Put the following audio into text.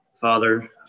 Father